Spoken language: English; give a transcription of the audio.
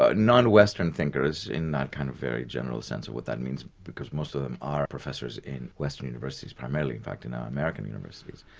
ah non-western thinkers in that kind of very general sense of what that means, because most of them are professors in western universities, primarily, in fact, in our american universities.